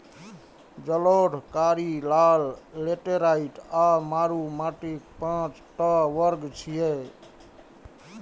जलोढ़, कारी, लाल, लेटेराइट आ मरु माटिक पांच टा वर्ग छियै